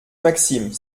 maxime